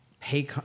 pay